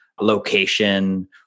location